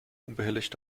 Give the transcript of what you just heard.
unbehelligt